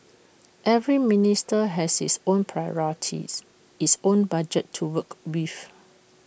every ministry has its own priorities its own budget to work with